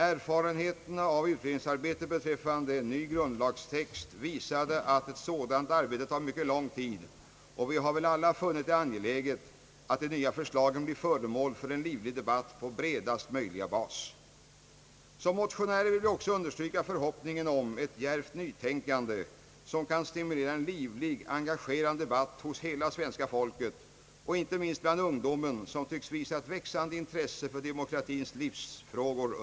Erfarenheterna av utredningsarbetet beträffande en ny grundlagstext visade att ett sådant arbete tar mycket lång tid, och vi har väl alla funnit det angeläget att de nya förslagen blir föremål för en livlig debatt på bredast möjliga bas. Som motionärer vill vi också understryka förhoppningen om ett djärvt ny tänkande, som kan stimulera till en livlig och engagerande debatt hos hela svenska folket, inte minst bland ungdomen som tycks visa ett växande intresse för demokratins livsfrågor.